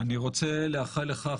אני רוצה לאחל לך,